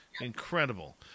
Incredible